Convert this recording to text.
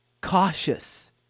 cautious